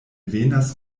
venas